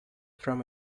from